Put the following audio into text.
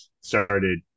started